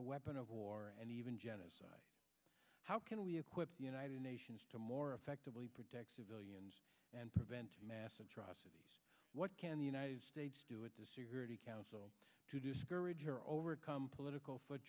a weapon of war and even genocide how can we equip the united nations to more effectively protect civilians and prevent mass atrocities what can the united states do at the security council to discourage or overcome political foot